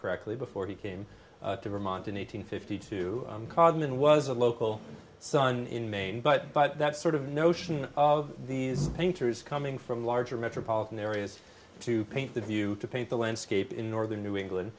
correctly before he came to vermont in eight hundred fifty two card and was a local son in maine but but that sort of notion of these painters coming from larger metropolitan areas to paint the view to paint the landscape in northern new england